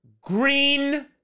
Green